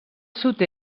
sud